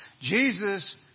Jesus